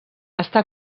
està